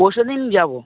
পশশু দিন যাবো